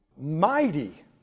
Mighty